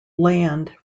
land